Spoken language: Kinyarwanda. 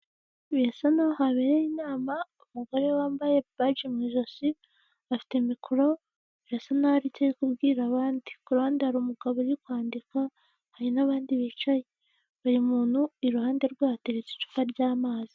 Birasa n'aho habereye inama, umugore wambaye baje mu ijosi afite mikoro birasa n'aha hari icyo ari kubwira abandi, ku rundi ruhande hari umugabo uri kwandika, hari n'abandi bicaye, buri muntu iruhande rwe hateretse icupa ry'amazi.